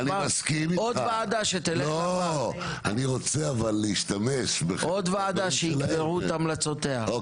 עוד ועדה שיקברו את המלצותיה,